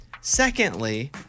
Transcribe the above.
Secondly